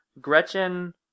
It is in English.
Gretchen